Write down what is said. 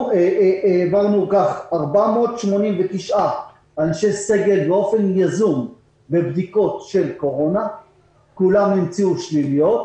העברנו 489 אנשי סגל לבדיקות קורונה וכולן נמצאו שליליות,